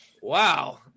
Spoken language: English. Wow